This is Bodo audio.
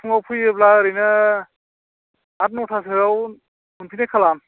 फुङाव फैयोब्ला ओरैनो आट न'थासोआव मोनफैनाय खालाम